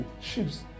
ships